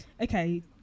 Okay